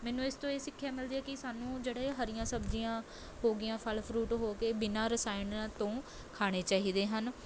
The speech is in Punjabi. ਮੈਨੂੰ ਇਸ ਤੋਂ ਇਹ ਸਿੱਖਿਆ ਮਿਲਦੀ ਹੈ ਕਿ ਸਾਨੂੰ ਜਿਹੜਾ ਇਹ ਹਰੀਆਂ ਸਬਜ਼ੀਆਂ ਹੋਗੀਆਂ ਫਲ ਫਰੂਟ ਹੋ ਗਏ ਬਿਨਾਂ ਰਸਾਇਣਾਂ ਤੋਂ ਖਾਣੇ ਚਾਹੀਦੇ ਹਨ